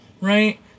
right